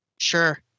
Sure